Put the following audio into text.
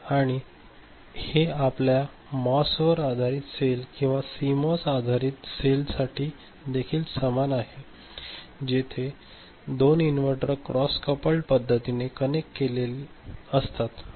आणि हे आपल्या मॉस वर आधारित सेल किंवा सीएमओएस आधारित सेलसाठी देखील समान आहे जिथे 2 इनव्हर्टर क्रॉस कपलड पद्धतीने कनेक्ट केले असतात